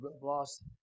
Bloss